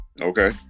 okay